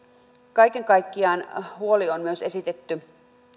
kaiken kaikkiaan huoli on myös esitetty